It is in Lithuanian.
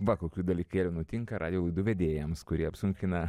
va kokių dalykėlių nutinka radijo laidų vedėjams kurie apsunkina